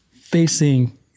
facing